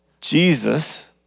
Jesus